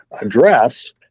address